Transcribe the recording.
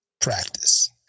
practice